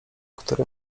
który